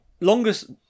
longest